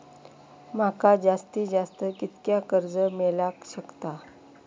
माका जास्तीत जास्त कितक्या कर्ज मेलाक शकता?